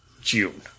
June